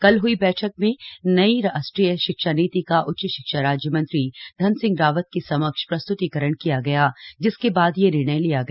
कल हई एक बैठक में नई राष्ट्रीय शिक्षा नीति का उच्च शिक्षा राज्य मंत्री धन सिंह रावत के समक्ष प्रस्तुतीकरण किया गया जिसके बाद यह निर्णय लिया गया